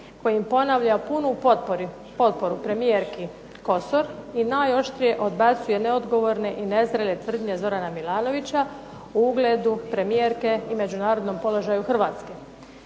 kojim ponavlja punu potporu premijerki Kosor i najoštrije odbacuje neodgovorne i nezrele tvrdnje Zorana Milanovića o ugledu premijerke i međunarodnom položaju Hrvatske.